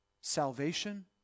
salvation